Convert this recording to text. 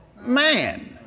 man